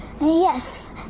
Yes